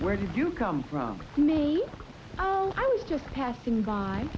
where did you come from me oh i was just passing by